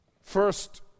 first